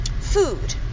food